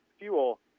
fuel